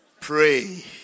Pray